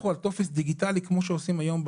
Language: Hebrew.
צרו טופס דיגיטלי כמו שעושים היום,